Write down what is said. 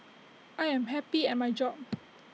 I am happy at my job